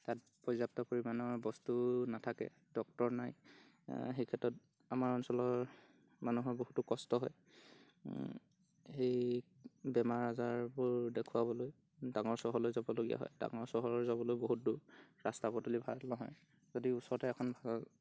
তাত পৰ্যাপ্ত পৰিমাণৰ বস্তু নাথাকে ডক্টৰ নাই সেইক্ষেত্ৰত আমাৰ অঞ্চলৰ মানুহৰ বহুতো কষ্ট হয় সেই বেমাৰ আজাৰবোৰ দেখুৱাবলৈ ডাঙৰ চহৰলৈ যাবলগীয়া হয় ডাঙৰ চহৰ যাবলৈ বহুত দূৰ ৰাস্তা পদূলি ভাল নহয় যদি ওচৰতে এখন ভাল